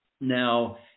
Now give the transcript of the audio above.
Now